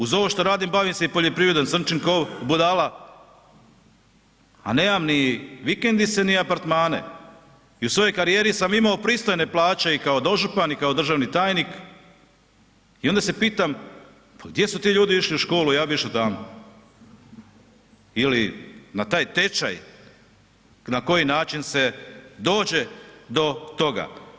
Uz ovo što radim, bavim se i poljoprivredom, crnčim ko budala, a nemam ni vikendice, ni apartmane i u svojoj karijeri sam imao pristojne plaće i kao dožupan i kao državni tajnik i onda se pitam pa gdje su ti ljudi išli u školu, ja bi išao tamo ili na taj tečaj na koji način se dođe do toga.